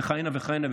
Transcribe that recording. וכהנה וכהנה,